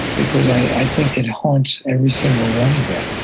because i think it haunts every single one but